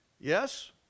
Yes